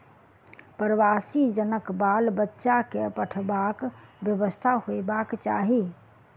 प्रवासी जनक बाल बच्चा के पढ़बाक व्यवस्था होयबाक चाही